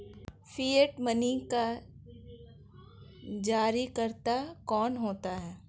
Fiat money का जारीकर्ता कौन होता है?